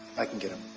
i can get them.